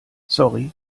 sorry